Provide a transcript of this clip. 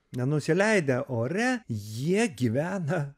nenusileidę ore jie gyvena